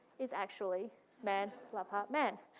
is actually man love heart man.